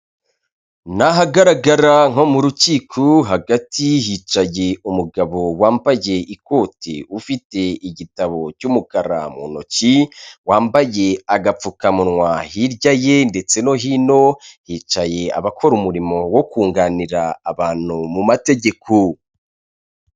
Ni ahagaragara nko mu rukiko hagati hicaye umugabo wambagiye ikoti ufite igitabo cy'umukara mu ntoki, wambaye agapfukamunwa hirya ye ndetse no hino hicaye abakora umurimo wo kunganira abantu mu mategeko.